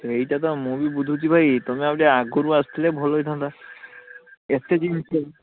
ସେଇଟା ତ ମୁଁ ବି ବୁଝୁଛି ଭାଇ ତୁମେ ଆଉ ଟିକେ ଆଗରୁ ଆସିଥିଲେ ଭଲ ହେଇଥାନ୍ତା ଏତେ ଦିନ କିଏ